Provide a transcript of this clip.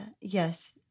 Yes